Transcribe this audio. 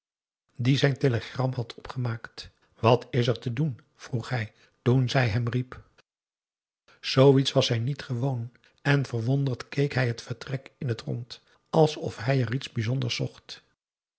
die zijn telegram had opgemaakt wat is er te doen vroeg hij toen zij hem riep zooiets was hij niet gewoon en verwonderd keek hij het vertrek in het rond alsof hij er iets bijzonders zocht